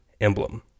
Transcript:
emblem